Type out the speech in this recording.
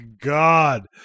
God